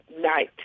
night